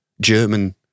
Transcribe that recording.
German